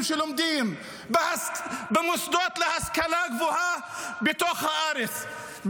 שלומדים במוסדות להשכלה גבוהה בתוך הארץ,